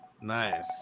nice